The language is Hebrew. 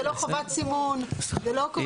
זה לא חובת סימון, זה לא קורה כלום.